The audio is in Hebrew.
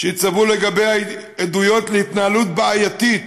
שהצטברו לגביה עדויות להתנהלות בעייתית